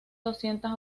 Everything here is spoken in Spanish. doscientas